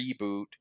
reboot